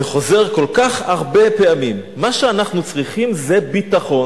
זה חוזר כל כך הרבה פעמים: מה שאנחנו צריכים זה ביטחון.